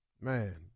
Man